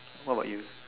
what about you